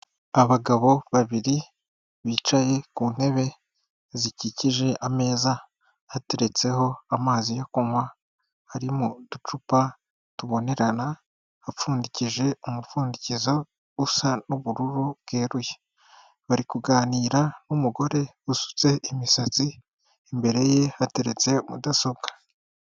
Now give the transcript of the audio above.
Abagabo babiri bicaye ku ntebe zikikije ameza hateretseho amazi yo kunywa, harimo uducupa tubonerana apfundikije umupfundikizo usa n'ubururu bweruye, bari kuganira n'umugore usutse imisatsi, imbere ye hateretse mudasobwa.